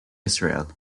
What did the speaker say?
israel